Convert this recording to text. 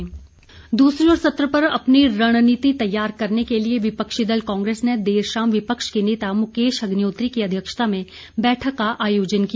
बैठक विपक्ष दूसरी ओर सत्र पर अपनी रणनीति तैयार करने के लिए विपक्षी दल कांग्रेस ने देर शाम विपक्ष के नेता मुकेश अग्निहोत्री की अध्यक्षता में बैठक का आयोजन किया